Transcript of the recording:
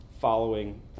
following